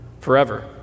forever